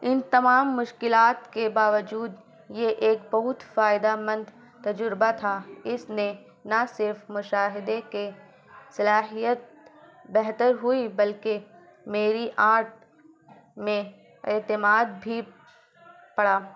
ان تمام مشکلات کے باوجود یہ ایک بہت فائدہ مند تجربہ تھا اس نے نہ صرف مشاہدے کے صلاحیت بہتر ہوئی بلکہ میری آرٹ میں اعتماد بھی پڑا